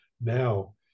now